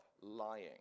lying